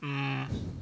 mm